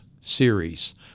series